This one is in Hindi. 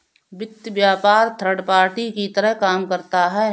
वित्त व्यापार थर्ड पार्टी की तरह काम करता है